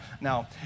Now